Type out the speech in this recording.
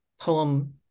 poem